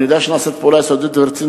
אני יודע שנעשית פעולה יסודית ורצינית